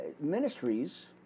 ministries